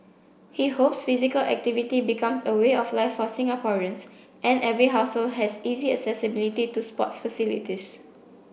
he hopes physical activity becomes a way of life for Singaporeans and every household has easy accessibility to sports facilities